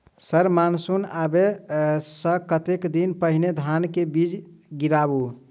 Sir monsoon आबै सऽ कतेक दिन पहिने धान केँ बीज गिराबू?